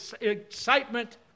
excitement